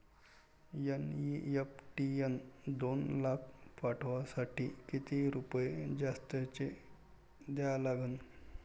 NEFT न दोन लाख पाठवासाठी किती रुपये जास्तचे द्या लागन?